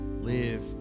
live